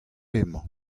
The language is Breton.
emañ